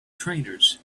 trainers